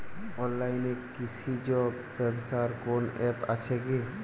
অনলাইনে কৃষিজ ব্যবসার কোন আ্যপ আছে কি?